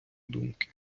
думки